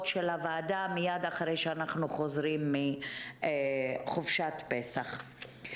של הוועדה מייד אחרי שנחזור מחופשת פסח.